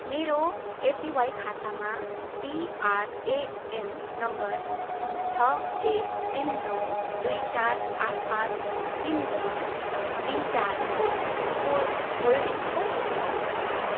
मेरो एपिवाई खातामा PRAN number छ एक तिन नौ दुई चार आठ पाँच तिन नौ तिन चारको कुल होल्डिङ कति छ